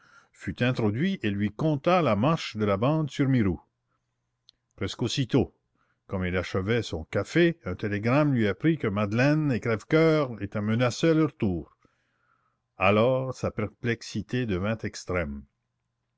fut introduit et lui conta la marche de la bande sur mirou presque aussitôt comme il achevait son café un télégramme lui apprit que madeleine et crèvecoeur étaient menacés à leur tour alors sa perplexité devint extrême